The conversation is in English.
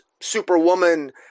superwoman